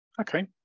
Okay